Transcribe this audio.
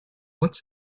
what’s